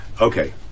Okay